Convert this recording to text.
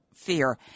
Fear